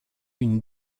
une